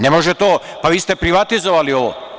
Ne može to, pa vi ste privatizovali ovo.